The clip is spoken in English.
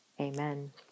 Amen